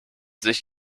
sich